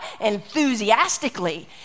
Enthusiastically